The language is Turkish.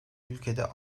ülkede